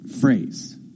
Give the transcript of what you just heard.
phrase